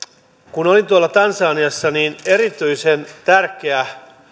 kun olin tansaniassa niin erityisen tärkeää